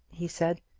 he said,